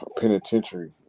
penitentiary